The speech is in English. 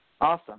Awesome